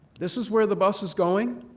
this is where the bus is going,